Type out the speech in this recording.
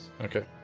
Okay